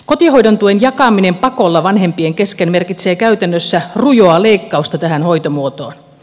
kotihoidon tuen jakaminen pakolla vanhempien kesken merkitsee käytännössä rujoa leikkausta tähän hoitomuotoon